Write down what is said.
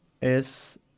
Es